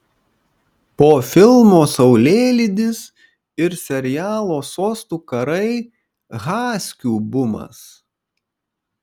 po filmo saulėlydis ir serialo sostų karai haskių bumas